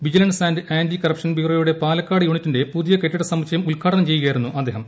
vigilance and anti corruption ബ്യൂറോയുടെ പാലക്കാട് യൂണിറ്റിന്റെ പുതിയ ക്കെട്ടിട്ടു സമുച്ചയം ഉദ്ഘാടനം ചെയ്യുകയായിരുന്നു അദ്ദേഹം